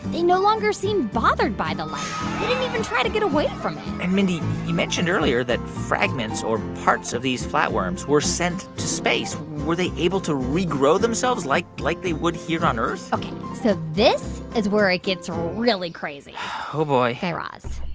they no longer seem bothered by the light. they didn't even try to get away from it and mindy, you mentioned earlier that fragments, or parts of these flatworms, were sent to space. were they able to regrow themselves like like they would here on earth? ok, so, this is where it gets really crazy oh, boy guy raz,